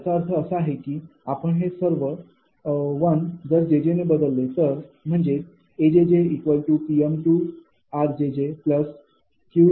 याचा अर्थ असा की आपण हे सर्व 1 जर jj ने बदलले तर म्हणजेच 𝐴𝑗𝑗𝑃 𝑟𝑗𝑗𝑄𝑥𝑗𝑗−0